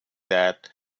that